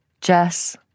Jess